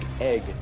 egg